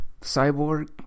Cyborg